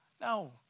no